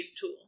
tool